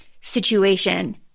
situation